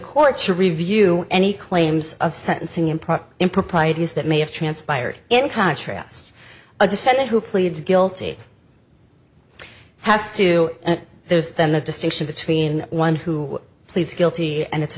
courts to review any claims of sentencing improper improprieties that may have transpired in contrast a defendant who pleads guilty has to there's then the distinction between one who pleads guilty and it's a